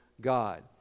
God